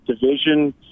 division